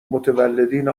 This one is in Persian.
متولدین